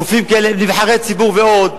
גופים כאלה, נבחרי ציבור ועוד,